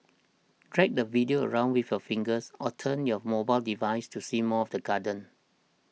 drag the video around with a fingers or turn your mobile device to see more of the garden